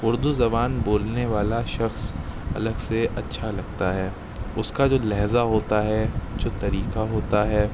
اردو زبان بولنے والا شخص الگ سے اچھا لگتا ہے اس کا جو لہجہ ہوتا ہے جو طریقہ ہوتا ہے